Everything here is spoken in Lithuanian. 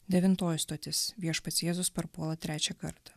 devintoji stotis viešpats jėzus parpuola trečią kartą